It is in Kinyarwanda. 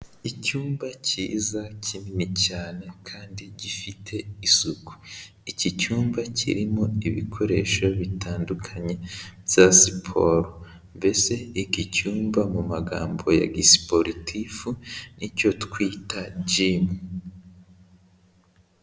Icyumba cyiza kinini cyane kandi gifite isuku. Iki cyumba kirimo ibikoresho bitandukanye bya siporo. Mbese iki cyumba mu magambo ya gisiporutifu nicyo twita jimu.